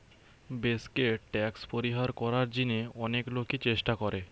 বেঙ্কে ট্যাক্স পরিহার করার জিনে অনেক লোকই চেষ্টা করে